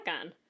on